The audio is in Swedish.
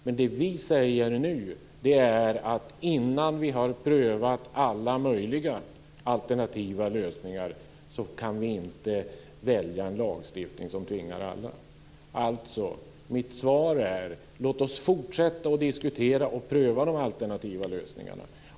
Men det vi säger nu är att vi innan vi har prövat alla möjliga alternativa lösningar inte kan välja en lagstiftning som tvingar alla. Mitt svar är alltså följande. Låt oss fortsätta att diskutera och pröva de alternativa lösningarna.